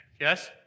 Yes